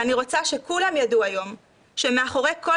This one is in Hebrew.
ואני רוצה שכולם ידעו היום שמאחורי כל